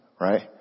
right